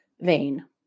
vain